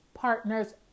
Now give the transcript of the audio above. partner's